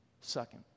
Second